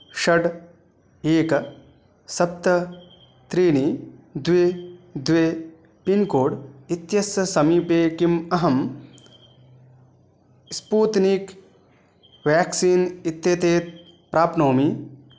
षड् एकं सप्त त्रीणि द्वे द्वे पिन्कोड् इत्यस्य समीपे किम् अहं स्पूत्नीक् व्याक्सीन् इत्येतेत् प्राप्नोमि